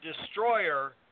destroyer